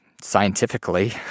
scientifically